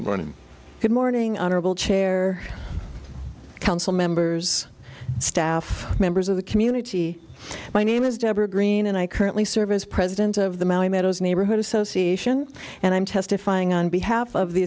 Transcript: moore good morning hon chair council members staff members of the community my name is deborah green and i currently serve as president of the mountain meadows neighborhood association and i'm testifying on behalf of the